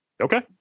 Okay